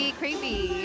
creepy